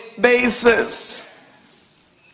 basis